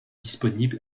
disponible